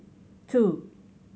two